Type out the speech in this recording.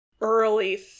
Early